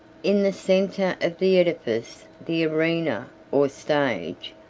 in the centre of the edifice, the arena, or stage,